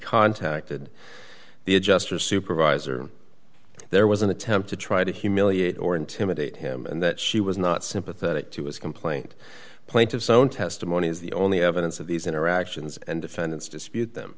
contacted the adjuster supervisor there was an attempt to try to humiliate or intimidate him and that she was not sympathetic to his complaint plaintiff's own testimony is the only evidence of these interactions and defendants dispute them